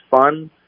fun